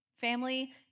Family